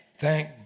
Thank